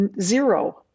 zero